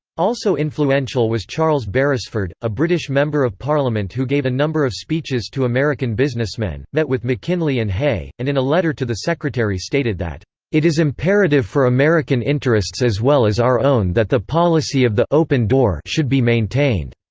also influential was charles beresford, a british member of parliament who gave a number of speeches to american businessmen, met with mckinley and hay, and in a letter to the secretary stated that it is imperative for american interests as well as our own that the policy of the open door should be maintained.